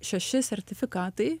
šeši sertifikatai